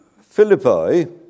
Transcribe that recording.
Philippi